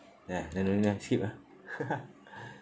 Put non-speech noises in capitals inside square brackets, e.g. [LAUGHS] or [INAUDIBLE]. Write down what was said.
ah then no need lah skip lah [LAUGHS]